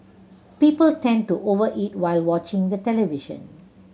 people tend to over eat while watching the television